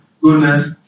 goodness